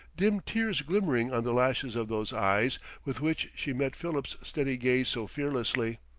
dim tears glimmering on the lashes of those eyes with which she met philip's steady gaze so fearlessly.